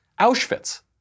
Auschwitz